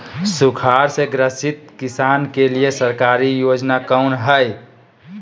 सुखाड़ से ग्रसित किसान के लिए सरकारी योजना कौन हय?